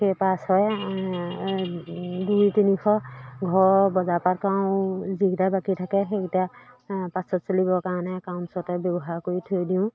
সেই পাঁচশ দুই তিনিশ ঘৰ বজাৰপাত কৰো যিকেইটা বাকী থাকে সেইকেইটা পাছত চলিবৰ কাৰণে একাউণ্টছতে ব্যৱহাৰ কৰি থৈ দিওঁ